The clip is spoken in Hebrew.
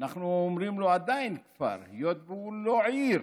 אנחנו קוראים לו עדיין כפר, היות שהוא לא עיר,